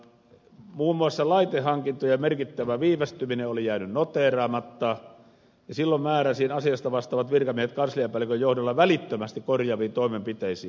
muun muassa laitehankintojen merkittävä viivästyminen oli jäänyt noteeraamatta ja silloin määräsin asiasta vastaavat virkamiehet kansliapäällikön johdolla välittömästi korjaaviin toimenpiteisiin